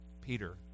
Peter